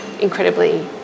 incredibly